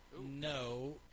No